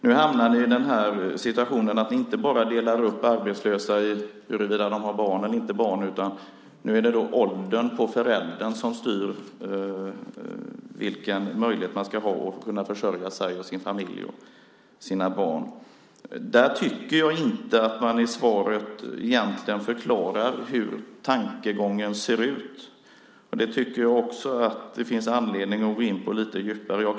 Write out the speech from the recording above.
Nu hamnar ni i situationen att ni delar upp de arbetslösa inte bara efter om de har barn eller inte, för nu styr också förälderns ålder möjligheterna att försörja sig och sina barn, sin familj. Jag tycker inte att man i svaret egentligen förklarar tankegången. Också det finns det anledning att lite djupare gå in på.